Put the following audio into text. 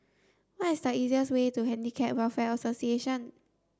what is the easiest way to Handicap Welfare Association